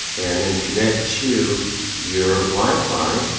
and then connect to your wi-fi